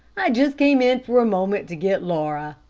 i just came in for a moment to get laura.